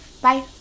Bye